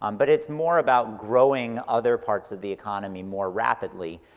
um but it's more about growing other parts of the economy more rapidly.